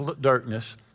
darkness